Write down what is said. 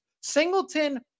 Singleton